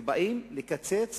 ובאים לקצץ